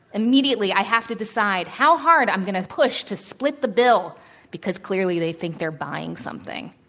immediately, i have to decide how hard i'm going to push to split the bill because clearly they think they're buying something.